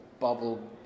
bubble